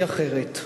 כי אחרת,